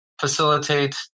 facilitate